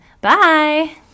bye